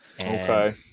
Okay